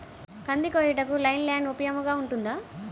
కంది కోయుటకు లై ల్యాండ్ ఉపయోగముగా ఉంటుందా?